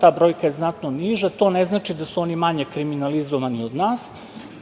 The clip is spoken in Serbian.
Ta brojka je znatno niža. To ne znači da su oni manje kriminalizovani od nas,